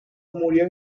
murió